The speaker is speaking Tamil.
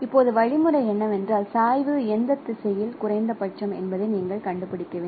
இப்போது வழிமுறை என்னவென்றால் சாய்வு எந்த திசையில் குறைந்தபட்சம் என்பதை நீங்கள் கண்டுபிடிக்க வேண்டும்